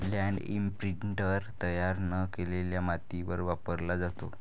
land imprinter तयार न केलेल्या मातीवर वापरला जातो